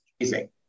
Amazing